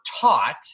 taught